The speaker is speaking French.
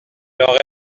auraient